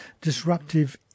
disruptive